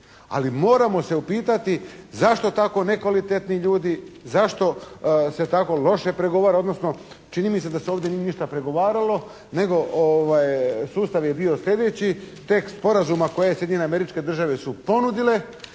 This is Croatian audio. Ali moramo se upitati zašto tako nekvalitetni ljudi, zašto se tako loše pregovara, odnosno čini mi se da se ovdje nije ništa pregovaralo nego sustav je bio sljedeći. Tekst sporazuma koje Sjedinjene Američke Države su ponudile